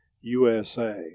USA